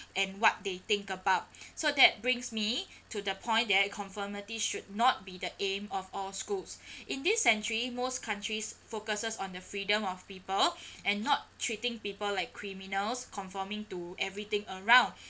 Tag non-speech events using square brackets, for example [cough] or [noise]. and what they think about so that brings me to the point that conformity should not be the aim of our schools [breath] in this century most countries focuses on the freedom of people [breath] and not treating people like criminals conforming to everything around [breath]